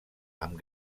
amb